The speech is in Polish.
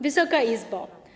Wysoka Izbo!